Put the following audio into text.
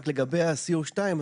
רק לגבי ה-CO2,